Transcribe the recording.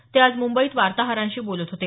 ते आज मुंबईत वार्ताहरांशी बोलत होते